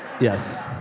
yes